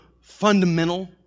fundamental